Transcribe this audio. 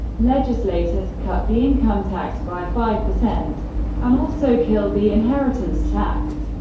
legislators cut the income tax by five percent and also killed the inheritance tax.